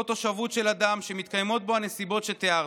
תושבות של אדם שמתקיימות בו הנסיבות שתיארתי,